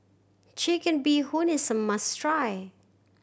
Chicken Bee Hoon is a must try